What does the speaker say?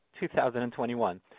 2021